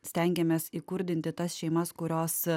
stengiamės įkurdinti tas šeimas kurios